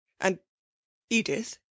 And—Edith